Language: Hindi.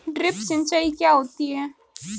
ड्रिप सिंचाई क्या होती हैं?